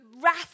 wrath